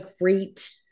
great